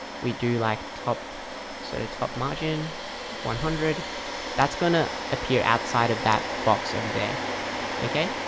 we do like top sort of top margin one hundred that's gonna appear outside of that box over there okay,